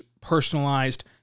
personalized